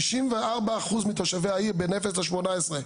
שישים וארבע אחוז מתושבי העיר בין אפס לשמונה עשרה,